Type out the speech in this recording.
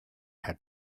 had